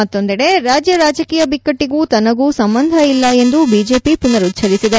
ಮತ್ತೊಂದೆಡೆ ರಾಜ್ಯ ರಾಜಕೀಯ ಬಿಕ್ಕಟ್ಟಿಗೂ ತನಗೂ ಸಂಬಂಧ ಇಲ್ಲ ಎಂದು ಬಿಜೆಪಿ ಪುನರುಚ್ಚರಿಸಿದೆ